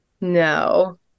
No